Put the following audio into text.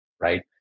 right